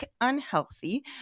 unhealthy